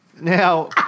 Now